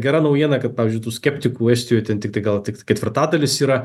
gera naujiena kad pavyzdžiui tų skeptikų estijoj ten tiktai gal tik ketvirtadalis yra